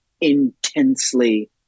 intensely